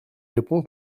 répond